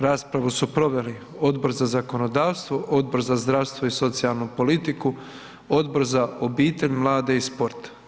Raspravu su proveli Odbor za zakonodavstvo, Odbor za zdravstvo i socijalnu politiku, Odbor za obitelj, mlade i sport.